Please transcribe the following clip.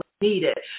needed